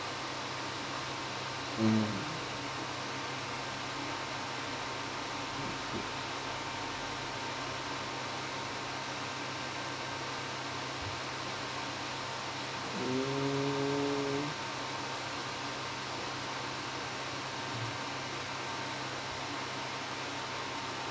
um mm